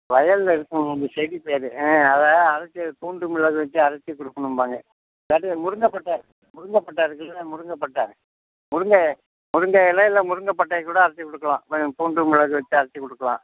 வயலில் இருக்கும் அந்த செடிப் பேயரு ஆ அதை அரைத்து பூண்டு மிளகு வெச்சு அரைத்து கொடுக்கணும்பாங்க அதாவது முருங்கைப் பட்டை முருங்கைப் பட்டை இருக்குல்ல முருங்கை பட்டை முருங்கை முருங்கை இல இல்லை முருங்கைப் பட்டையைக் கூட அரைத்து கொடுக்கலாம் இப்போ பூண்டு மிளகு வெச்சு அரைத்துக் கொடுக்கலாம்